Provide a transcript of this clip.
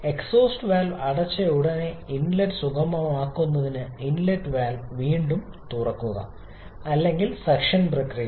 exhaust valve അടച്ചയുടനെ inlet സുഗമമാക്കുന്നതിന് inlet valve വീണ്ടും തുറക്കുക അല്ലെങ്കിൽ സക്ഷൻ പ്രക്രിയ